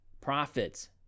Profits